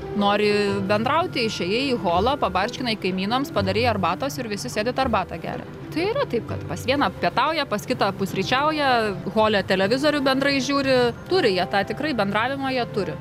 nori bendrauti išėjai į holą pabarškinai kaimynams padarei arbatos ir visi sėdi arbatą geria tai yra taip kad pas vieną pietauja pas kitą pusryčiauja hole televizorių bendrai žiūri turi jie tą tikrai bendravimo jie turi